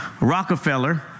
Rockefeller